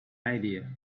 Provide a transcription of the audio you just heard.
idea